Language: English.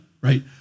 right